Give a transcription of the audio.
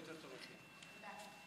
חוק המכינות הקדם-צבאיות (תיקון מס' 2),